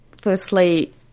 firstly